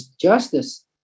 Justice